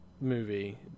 movie